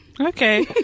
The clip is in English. Okay